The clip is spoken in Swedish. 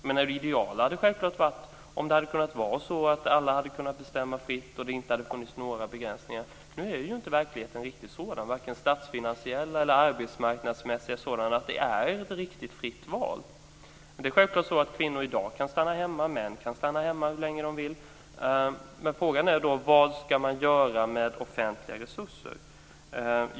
Det ideala hade självklart varit att alla kunde bestämma fritt och att det inte fanns några begränsningar. Men verkligheten är nu inte riktigt sådan, vare sig statsfinansiellt eller arbetsmarknadsmässigt, att det är fråga om ett riktigt fritt val. Självfallet kan både kvinnor och män i dag stanna hemma hur länge de vill. Frågan är vad man ska göra när det gäller de offentliga resurserna.